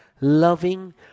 loving